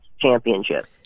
Championship